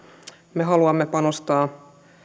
me haluamme panostaa